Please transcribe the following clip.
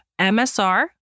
MSR